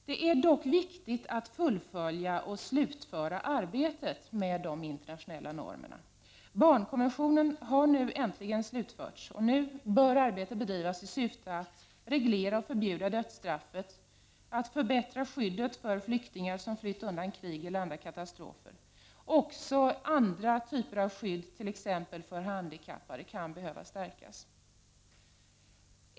Det är dock viktigt att fullfölja och slutföra arbetet med de internationella normerna. Barnkonventionen har nu äntligen slutförts. Nu bör arbete bedrivas i syfte att reglera och förbjuda dödsstraffet samt att förbättra skyddet för flyktingar som flytt undan krig eller andra katastrofer. Också andra typer av skydd, t.ex. för handikappade, kan behöva stärkas.